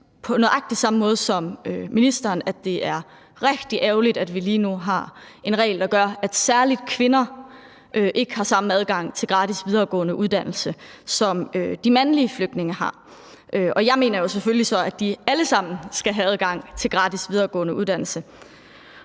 på nøjagtig samme måde som ministeren, at det er rigtig ærgerligt, at vi lige nu har en regel, der gør, at særlig kvinder ikke har samme adgang til gratis videregående uddannelse, som de mandlige flygtninge har – og jeg mener jo så selvfølgelig, at alle sammen skal have adgang til gratis videregående uddannelse.